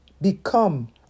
become